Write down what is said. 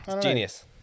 genius